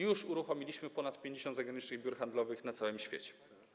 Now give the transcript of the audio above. Już uruchomiliśmy ponad 50 zagranicznych biur handlowych na całym świecie.